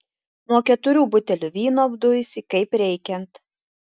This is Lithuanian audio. nuo keturių butelių vyno apduisi kaip reikiant